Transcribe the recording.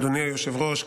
אדוני היושב-ראש,